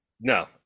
no